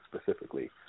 specifically